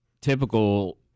Typical